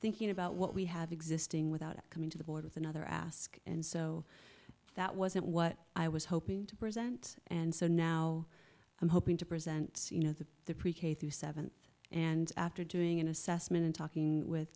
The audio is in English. thinking about what we have existing without coming to the board with another ask and so that wasn't what i was hoping to present and so now i'm hoping to present you know the the pre k through seventh and after doing an assessment and talking with